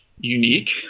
unique